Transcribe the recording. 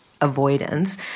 avoidance